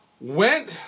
...went